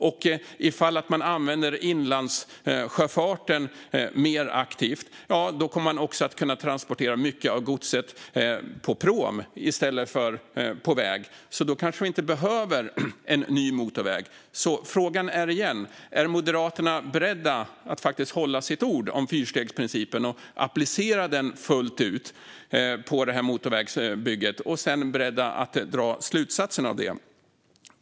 Och ifall man använder inlandssjöfarten mer aktivt kommer man också att kunna transportera mycket av godset på pråm i stället för på väg. Då kanske vi inte behöver en ny motorväg. Frågan blir alltså igen: Är Moderaterna beredda att hålla sitt ord om fyrstegsprincipen och applicera den fullt ut på det här motorvägsbygget och dra slutsatser av det?